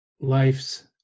life's